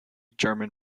german